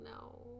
no